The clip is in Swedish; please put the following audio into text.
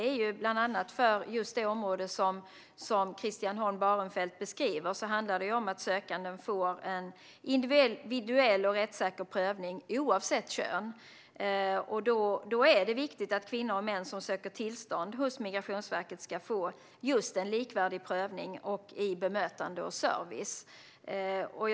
För det område som Christian Holm Barenfeld beskriver handlar det till exempel om att den sökande får en individuell och rättssäker prövning oavsett kön. Då är det viktigt att kvinnor och män som söker tillstånd hos Migrationsverket får en likvärdig prövning, likvärdigt bemötande och likvärdig service.